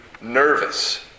nervous